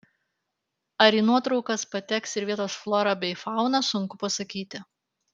ar į nuotraukas pateks ir vietos flora bei fauna sunku pasakyti